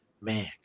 Man